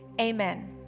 amen